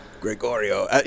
Gregorio